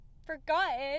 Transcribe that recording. forgotten